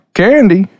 candy